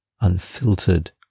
unfiltered